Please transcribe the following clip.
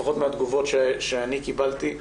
לפחות מהתגובות שאני קיבלתי.